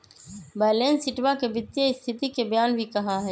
balance शीटवा के वित्तीय स्तिथि के बयान भी कहा हई